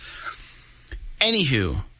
Anywho